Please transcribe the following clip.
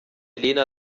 lena